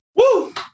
Woo